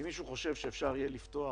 אם מישהו חושב שאפשר יהיה לפתוח